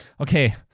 okay